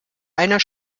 einer